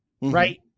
Right